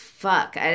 Fuck